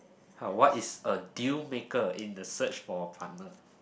ha what is a deal maker in the search for a partner